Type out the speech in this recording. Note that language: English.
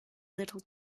little